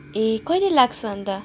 ए कहिले लाग्छ अन्त